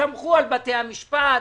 סמכו על בתי המשפט.